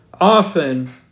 Often